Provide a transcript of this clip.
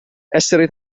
essere